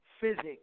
physics